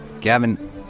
gavin